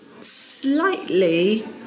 slightly